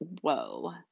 Whoa